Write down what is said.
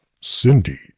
Cindy